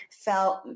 felt